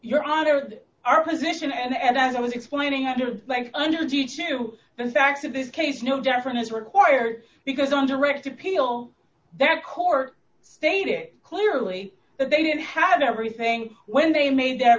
your honor our position and as i was explaining that you're like under due to the facts of this case no different is required because on direct appeal their court stated clearly that they didn't have everything when they made th